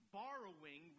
borrowing